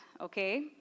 okay